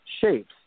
shapes